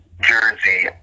jersey